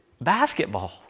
basketball